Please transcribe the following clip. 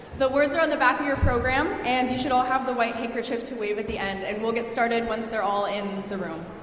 the words are on the back of your program, and you should all have the white handkerchief to wave at the end. and we'll get started once they're all in the room.